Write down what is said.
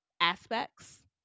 aspects